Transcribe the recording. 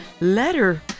Letter